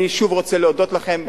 אני שוב רוצה להודות לכם.